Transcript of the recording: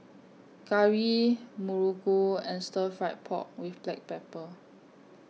Curry Muruku and Stir Fry Pork with Black Pepper